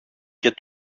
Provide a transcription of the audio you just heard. και